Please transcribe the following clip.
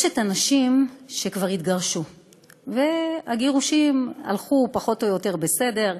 יש נשים שכבר התגרשו והגירושים הלכו פחות או יותר בסדר,